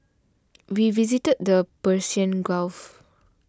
we visited the Persian Gulf